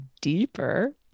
deeper